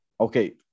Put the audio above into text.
Okay